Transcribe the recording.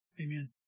amen